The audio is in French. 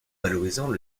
valorisant